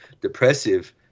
depressive